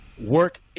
work